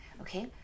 okay